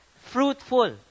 fruitful